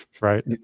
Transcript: right